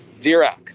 Dirac